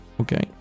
okay